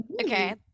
Okay